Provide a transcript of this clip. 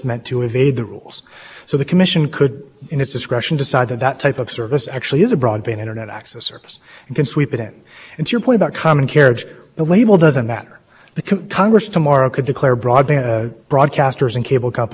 correct your honor what what the commission has done to this industry for ten years has had the rule the industry under rules proposed rules or thread of rules for ten years or so because you're not seeing more editorial discretion doesn't mean broadband providers aren't speakers and members of the press they